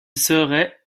serait